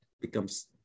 becomes